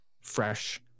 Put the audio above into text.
fresh